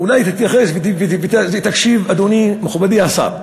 אולי תתייחס ותקשיב, אדוני, מכובדי השר,